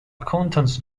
accountants